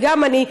וגם אני.